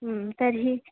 तर्हि